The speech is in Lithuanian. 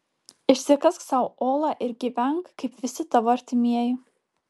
išsikask sau olą ir gyvenk kaip visi tavo artimieji